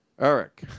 Eric